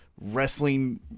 wrestling